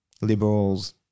liberals